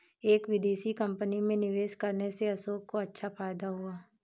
एक विदेशी कंपनी में निवेश करने से अशोक को अच्छा फायदा हुआ